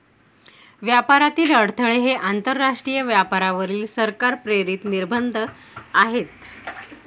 व्यापारातील अडथळे हे आंतरराष्ट्रीय व्यापारावरील सरकार प्रेरित निर्बंध आहेत